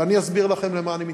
ואני אסביר לכם למה אני מתכוון: